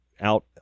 out